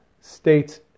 states